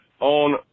on